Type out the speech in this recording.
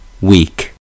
weak